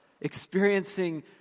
experiencing